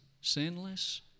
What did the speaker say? sinless